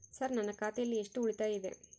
Sir ನನ್ನ ಖಾತೆಯಲ್ಲಿ ಎಷ್ಟು ಉಳಿತಾಯ ಇದೆ?